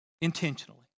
intentionally